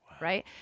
right